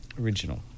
Original